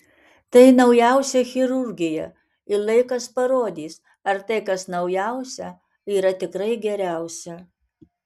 tai naujausia chirurgija ir laikas parodys ar tai kas naujausia yra tikrai geriausia